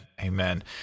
Amen